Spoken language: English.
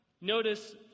Notice